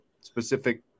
specific